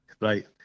Right